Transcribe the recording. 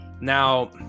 Now